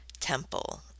temple